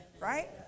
right